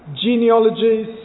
genealogies